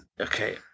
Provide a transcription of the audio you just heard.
Okay